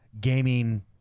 gaming